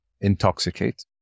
intoxicate